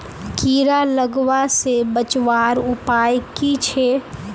कीड़ा लगवा से बचवार उपाय की छे?